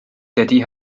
dydi